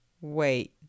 wait